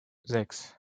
sechs